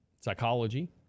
psychology